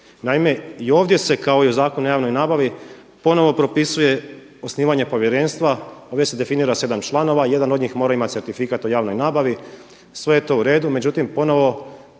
Naime, i ovdje se kao i u Zakonu o javnoj nabavi ponovo propisuje osnivanje povjerenstva, ovdje se definira sedam članova, jedan od njih mora imati certifikat o javnoj nabavi, sve je to uredu. Međutim, ponovo